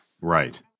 Right